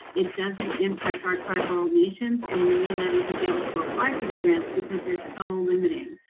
it doesn't impact our tribal nations and we may not even be able to apply for the grants, because they're so limiting.